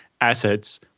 assets